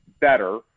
better